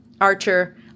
Archer